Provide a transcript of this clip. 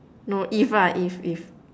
no if lah if if